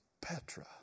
Petra